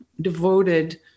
devoted